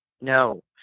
No